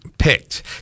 Picked